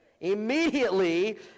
immediately